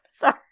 Sorry